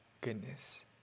goodness